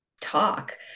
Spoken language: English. talk